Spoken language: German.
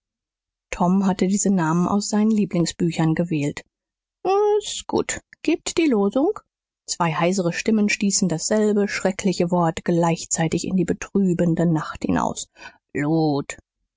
tom hatte diese namen aus seinen lieblingsbüchern gewählt s ist gut gebt die losung zwei heisere stimmen stießen dasselbe schreckliche wort gleichzeitig in die betrübende nacht hinaus blut